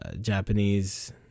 Japanese